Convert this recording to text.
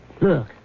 Look